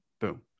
boom